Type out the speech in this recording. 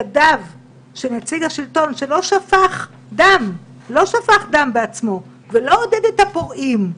ידיו של נציג השלטון שלא שפך דם בעצמו ולא עודד את הפורעים,